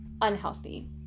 unhealthy